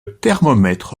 thermomètre